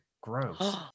gross